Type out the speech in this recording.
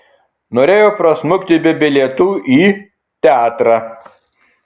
norėjo prasmukti be bilietų į teatrą